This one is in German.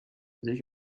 sich